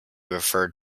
referred